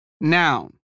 Noun